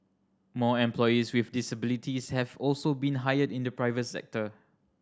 more employees with disabilities have also been hired in the private sector